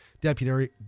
Deputy